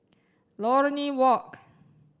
Lornie Walk